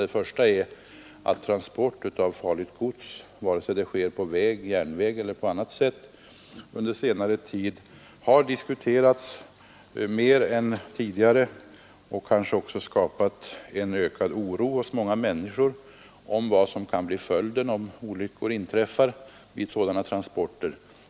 Det första motivet är att transporterna av farligt gods, vare sig de sker på väg eller järnväg eller på annat sätt, under senare tid har diskuterats mer än tidigare, vilket kanske skapat ökad oro hos många människor inför vad som kan bli följden om olyckor inträffar vid sådana transporter.